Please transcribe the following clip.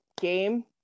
game